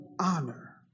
honor